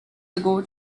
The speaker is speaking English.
ago